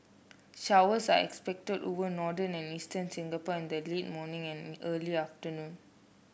showers are expected over northern and eastern Singapore in the late morning and early afternoon